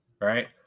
right